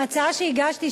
ההצעה שהגשתי,